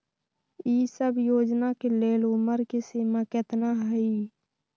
ई सब योजना के लेल उमर के सीमा केतना हई?